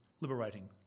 liberating